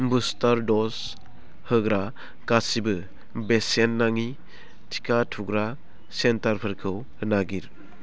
booster dose होग्रा गासिबो बेसेन नाङि टिका थुग्रा सेन्टारफोरखौ नागिर